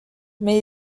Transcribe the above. mais